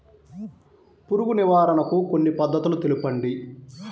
పురుగు నివారణకు కొన్ని పద్ధతులు తెలుపండి?